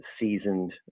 seasoned